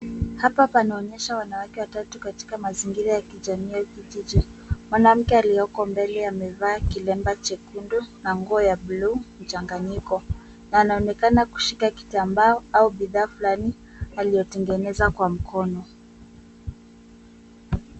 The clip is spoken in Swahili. Hapa panaonyesha wanawake watatu katika mazingira ya kijamii au kijiji. Mwanamke aliyoko mbele amevaa kilemba chekundu na nguo ya bluu mchanganyiko na anaonekana kushika kitambaa au bidhaa fulani aliyotengeneza kwa mkono.